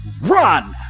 Run